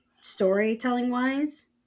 storytelling-wise